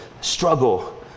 struggle